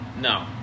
No